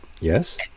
yes